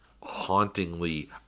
hauntingly